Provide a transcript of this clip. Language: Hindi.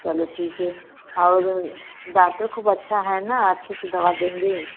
चलो ठीक है और डाक्टर ख़ूब अच्छा है ना अच्छे से दवा देंगे